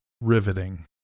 riveting